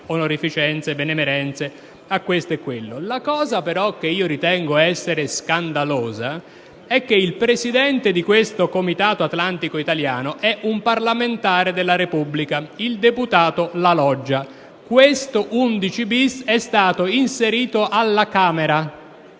onorificenze, benemerenze a questo e quello. La cosa che però ritengo essere scandalosa è che il presidente del Comitato atlantico italiano è un parlamentare della Repubblica, il deputato La Loggia. Il comma 11*-bis* è stato inserito alla Camera.